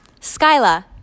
skyla